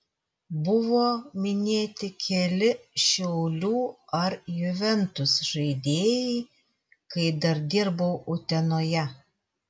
buvo minėti keli šiaulių ar juventus žaidėjai kai dar dirbau utenoje